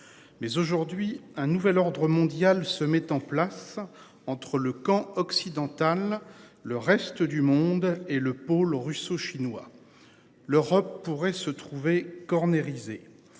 Mais aujourd'hui un nouvel ordre mondial se mettent en place entre le camp occidental. Le reste du monde et le pôle eau russo-chinois. L'Europe pourrait se trouver cornérisé.